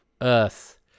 Earth